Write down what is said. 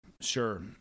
Sure